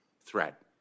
threat